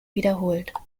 wiederholt